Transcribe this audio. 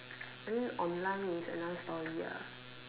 I mean online is another story ah